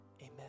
Amen